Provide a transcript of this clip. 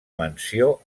mansió